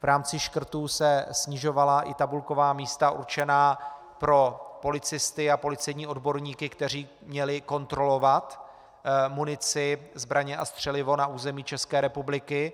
V rámci škrtů se snižovala i tabulková místa určená pro policisty a policejní odborníky, kteří měli kontrolovat munici, zbraně a střelivo na území České republiky.